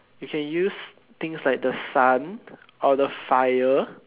you can use the things like the sun or the fire